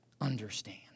understand